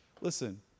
listen